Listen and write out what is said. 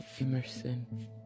Emerson